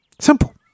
Simple